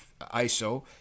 Iso